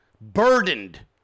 burdened